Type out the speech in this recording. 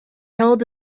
held